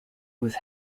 was